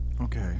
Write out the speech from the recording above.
Okay